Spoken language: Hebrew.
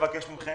מכם